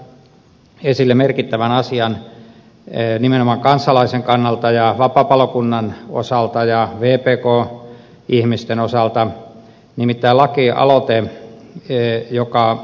otan kuitenkin tässä esille merkittävän asian nimenomaan kansalaisen kannalta ja vapaapalokunnan ihmisten osalta mitä lakia lopen hee joka